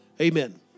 Amen